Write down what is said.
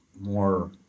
more